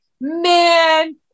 man